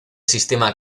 sistema